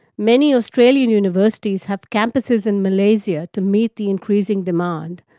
many australian universities have campuses in malaysia to meet the increasing demand,